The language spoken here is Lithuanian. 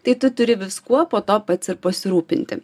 tai tu turi viskuo po to pats ir pasirūpinti